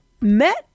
met